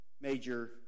major